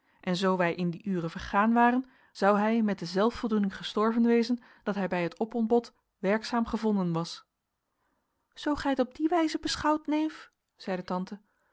en zoo wij in die ure vergaan waren zou hij met de zelfvoldoening gestorven wezen dat hij bij het opontbod werkzaam gevonden was zoo gij het op die wijze beschouwt neef zeide tante